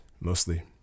mostly